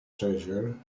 treasure